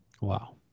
Wow